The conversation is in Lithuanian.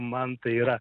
man tai yra